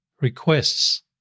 requests